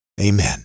amen